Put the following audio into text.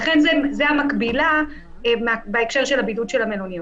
ולכן זה המקבילה בהקשר של הבידוד של המלוניות.